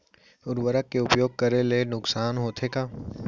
उर्वरक के उपयोग करे ले नुकसान होथे का?